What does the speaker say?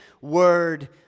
Word